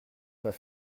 pas